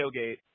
tailgate